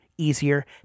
Easier